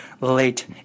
late